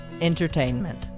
entertainment